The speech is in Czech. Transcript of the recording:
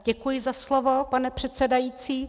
Děkuji za slovo, pane předsedající.